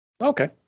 Okay